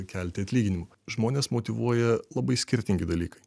kelti atlyginimų žmones motyvuoja labai skirtingi dalykai